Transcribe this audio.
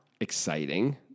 Exciting